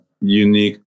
unique